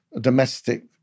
domestic